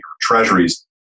treasuries